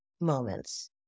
moments